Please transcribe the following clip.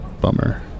Bummer